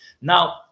now